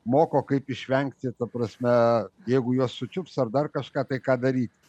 moko kaip išvengti ta prasme jeigu juos sučiups ar dar kažką tai ką daryt